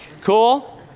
Cool